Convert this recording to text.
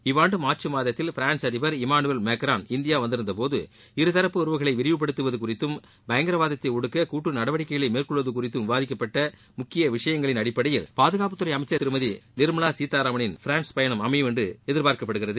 இவ்வாண்டு மார்ச் மாதத்தில் பிரான்ஸ் அதிபர் இமானுவேல் மேக்ரான் இந்தியா வந்திருந்தபோது இரு தரப்பு உறவுகளை விரிவு படுத்துவது குறித்தும் பயங்கரவாத்தை ஒடுக்க கூட்டு நடவடிக்கைகளை மேற்கொள்வது குறித்தும் விவாதிக்கப்பட்ட முக்கிய விஷயங்களின் அடிப்படையில் பாதுகாப்புத்துறை அமைச்சர் திருமதி நிர்மலா சீதாராமனின் பிரான்ஸ் பயணம் அமையும் என்று எதிர்பார்க்கப்படுகிறது